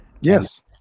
Yes